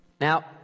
Now